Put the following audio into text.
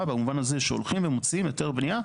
במובן הזה שהולכים ומוצאים היתר בנייה,